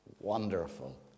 Wonderful